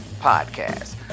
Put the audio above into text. podcast